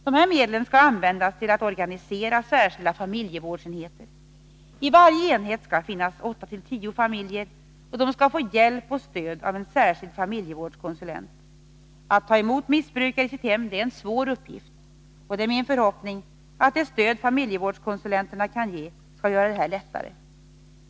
Dessa medel skall användas till att organisera särskilda familjevårdsenheter. I varje enhet skall det finnas 8-10 familjer, och de skall få hjälp och stöd av en särskild familjevårdskonsulent. Att ta emot missbrukare i sitt hem är en svår uppgift, och det är min förhoppning att det stöd familjevårdskonsulenterna kan ge skall göra detta lättare.